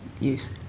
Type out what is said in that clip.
use